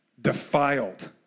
defiled